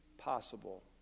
Possible